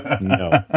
No